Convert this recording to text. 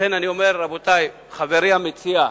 לכן אני אומר, רבותי, אדוני המציע,